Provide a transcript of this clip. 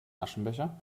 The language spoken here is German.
aschenbecher